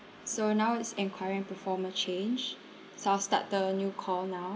so now it's enquiry and performer change so I'll start the new call now